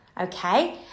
okay